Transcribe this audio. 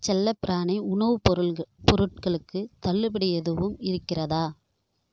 செல்லப்பிராணி உணவுப் பொருள்க பொருட்களுக்கு தள்ளுபடி எதுவும் இருக்கிறதா